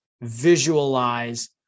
visualize